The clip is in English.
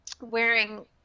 wearing